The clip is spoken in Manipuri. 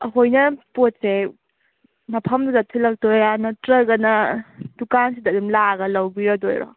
ꯑꯩꯈꯣꯏꯅ ꯄꯣꯠꯁꯦ ꯃꯐꯝꯗꯨꯗ ꯊꯤꯜꯂꯛꯇꯣꯏꯔꯥ ꯅꯠꯇ꯭ꯔꯒꯅ ꯗꯨꯀꯥꯟꯁꯤꯗ ꯑꯗꯨꯝ ꯂꯥꯛꯑꯒ ꯂꯧꯕꯤꯔꯗꯣꯏꯔꯣ